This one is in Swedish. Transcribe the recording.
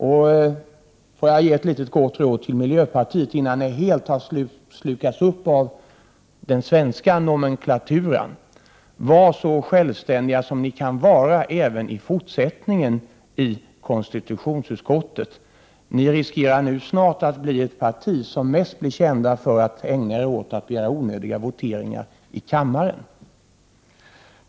Om jag får ge ett gott råd till miljöpartiet innan ni helt har slukats upp av den svenska nomenklaturen, vill jag säga: Var så självständiga som ni kan vara även i fortsättningen i konstitutionsutskottet. Ni riskerar nu snart att bli ett parti som mest blir känt för att ägna er åt att begära onödiga voteringar i kammaren.